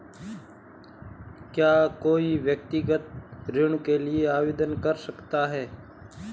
क्या कोई किसान व्यक्तिगत ऋण के लिए आवेदन कर सकता है?